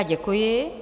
Děkuji.